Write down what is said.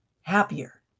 happier